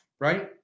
right